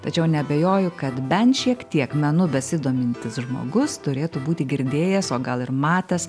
tačiau neabejoju kad bent šiek tiek menu besidomintis žmogus turėtų būti girdėjęs o gal ir matęs